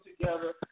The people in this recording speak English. together